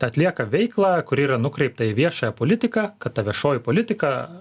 atlieka veiklą kuri yra nukreipta į viešąją politiką kad ta viešoji politika